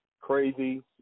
crazy